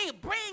bring